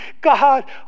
God